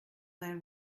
thy